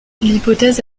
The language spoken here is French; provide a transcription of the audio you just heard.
l’hypothèse